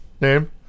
name